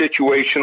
situational